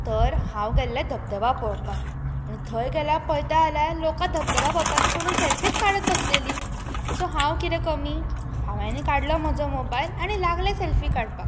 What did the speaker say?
तर हांव गेल्लें धबधबा पळोपाक आनी थंय गेल्यार पळयता जाल्या लोक धबधबा पळोवपाचें सोडून सॅल्फीच काडत बसलेलीं सो हांव कितें कमी हांवेंनूय काडलो म्हजो मोबायल आनी लागलें सॅल्फी काडपाक